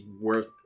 worth